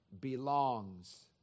belongs